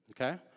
Okay